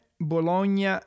Bologna